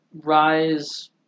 Rise